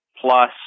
plus